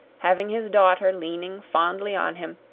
having his daughter leaning fondly on him,